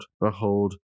behold